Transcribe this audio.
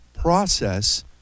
process